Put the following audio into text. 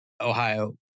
Ohio